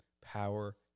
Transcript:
power